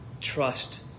trust